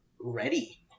ready